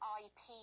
ip